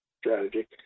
strategy